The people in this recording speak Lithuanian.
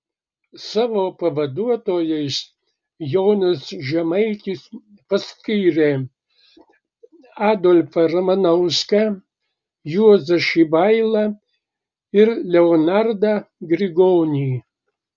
savo pavaduotojais jonas žemaitis paskyrė adolfą ramanauską juozą šibailą ir leonardą grigonį